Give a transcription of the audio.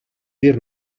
dir